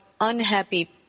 unhappy